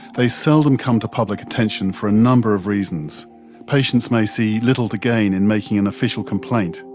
they seldom come to public attention for a number of reasons patients may see little to gain in making an official complaint.